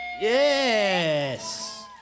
Yes